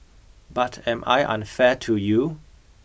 but am I unfair to you